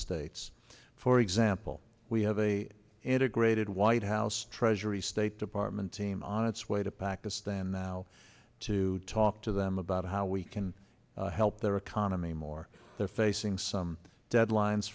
states for example we have a integrated white house treasury state department team on its way to pakistan now to talk to them about how we can help their economy more they're facing some deadlines